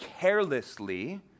carelessly